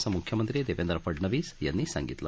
असं मुख्यमंत्री देवेंद्र फडणवीस यांनी सांगितलं